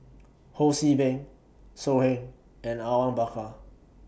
Ho See Beng So Heng and Awang Bakar